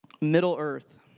Middle-earth